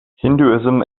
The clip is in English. hinduism